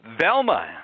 Velma